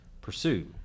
pursue